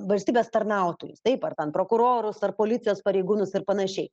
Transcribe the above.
valstybės tarnautojus taip ar ten prokurorus ar policijos pareigūnus ir panašiai